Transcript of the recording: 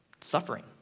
suffering